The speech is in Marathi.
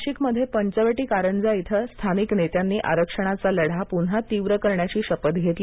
नाशिकमध्ये पंचवटी कारजा इथ स्थानिक नेत्यानी आरक्षणाचा लढा पुन्हा तीव्र करण्याची शपथ घेतली